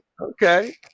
Okay